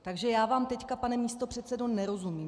Takže já vám teď, pane místopředsedo, nerozumím.